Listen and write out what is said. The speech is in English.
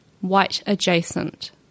white-adjacent